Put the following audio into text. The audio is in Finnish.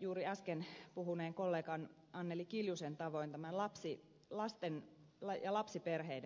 juuri äsken puhuneen kollegan anneli kiljusen tavoin tämän lapsiperheiden tilanteen